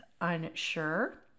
unsure